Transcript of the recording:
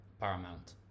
paramount